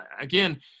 Again